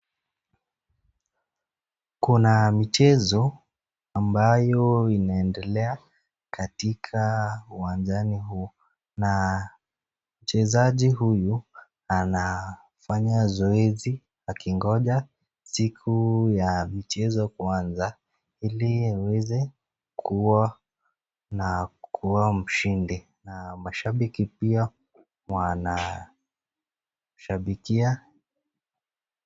Kuna michezo ambayo inaendelea katika uwanjani huu na mchezaji huyu anafanya zoezi akingoja siku ya michezo kuanza ili aweze kuwa na kuwa mshindi na mashabiki pia wanashabikia.